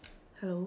hello